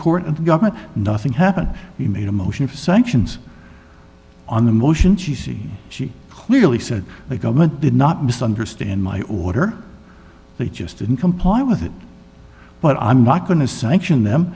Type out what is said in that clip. court and the government nothing happened we made a motion for sanctions on the motion she she clearly said the government did not misunderstand my order they just didn't comply with it but i'm not going to sanction them